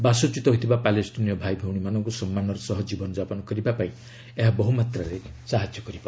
ବାସଚ୍ୟୁତ ହୋଇଥିବା ପାଲେଷ୍ଟିନୀୟ ଭାଇଭଉଣୀମାନଙ୍କୁ ସମ୍ମାନର ସହ ଜୀବନ ଯାପନ କରିବା ପାଇଁ ଏହା ବହୁମାତାରେ ସାହାଯ୍ୟ କରିବ